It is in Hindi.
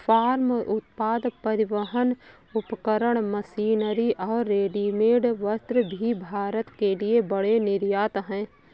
फार्म उत्पाद, परिवहन उपकरण, मशीनरी और रेडीमेड वस्त्र भी भारत के लिए बड़े निर्यात हैं